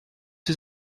ses